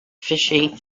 fishy